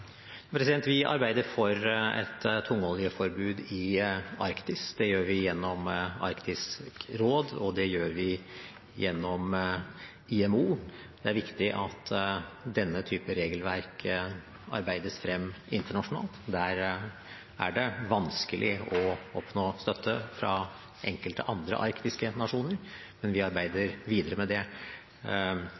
Vi arbeider for et tungoljeforbud i Arktis. Det gjør vi gjennom Arktisk råd, og det gjør vi gjennom IMO. Det er viktig at denne typen regelverk arbeides frem internasjonalt. Det er vanskelig å oppnå støtte fra enkelte andre arktiske nasjoner, men vi arbeider videre med det.